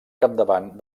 capdavant